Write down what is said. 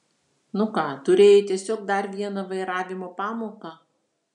nu ką turėjai tiesiog dar vieną vairavimo pamoką